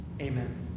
amen